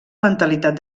mentalitat